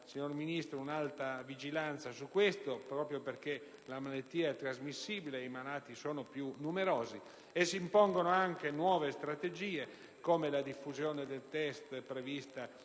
signor Ministro, un'alta vigilanza su questo problema proprio perché la malattia è trasmissibile e i malati sono più numerosi. Si impongono anche nuove strategie, come la diffusione del test prevista